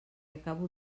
acabo